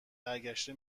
برگشته